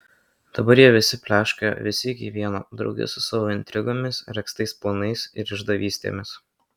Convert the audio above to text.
dabar jie visi pleška visi iki vieno drauge su savo intrigomis regztais planais ir išdavystėmis